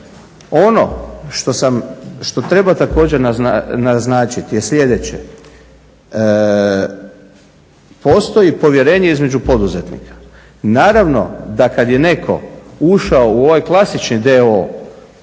Ono što treba također naznačiti je sljedeće, postoji povjerenje između poduzetnika. Naravno da kad je netko ušao u ovaj klasični